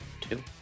two